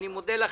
אני מודה לכם.